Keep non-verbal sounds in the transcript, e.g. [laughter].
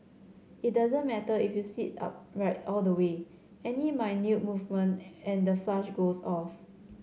it doesn't matter if you sit upright all the way any [unintelligible] movement and the flush goes off